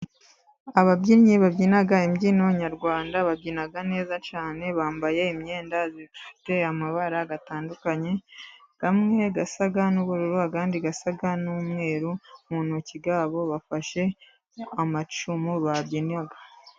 Ababyinnyi babyina imbyino nyarwanda babyina neza cyane, bambaye imyenda ifite amabara atandukanye amwe asa n'ubururu, ayandi asa n'umweru, mu ntoki zabo bafashe amacumu babyinaga.